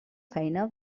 feina